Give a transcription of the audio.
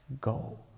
go